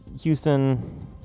houston